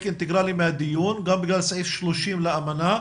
אינטגרלי מהדיון גם בגלל סעיף 30 לאמנה,